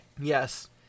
Yes